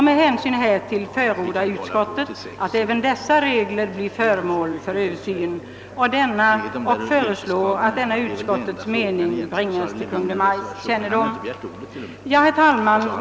Med hänsyn härtill förordar utskottet att även dessa regler blir föremål för översyn och föreslår, att denna utskottets mening bör bringas till Kungl. Maj:ts kännedom. Herr talman!